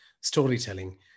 storytelling